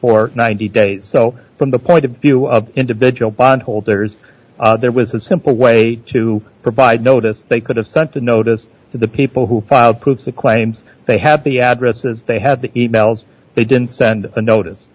for ninety days so from the point of view of individual bondholders there was a simple way to provide notice they could have sent a notice to the people who filed proves the claims they have the addresses they have the emails they didn't send a notice